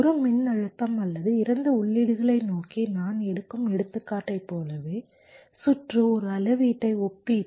ஒரு மின்னழுத்தம் அல்லது 2 உள்ளீடுகளை நோக்கி நான் எடுக்கும் எடுத்துக்காட்டைப் போலவே சுற்று ஒரு அளவீட்டு ஒப்பீட்டி